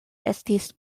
estis